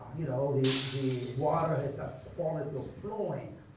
you know the the water has that quality of flowing,